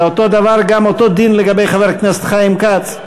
ואותו הדבר גם, אותו דין לגבי חבר הכנסת חיים כץ.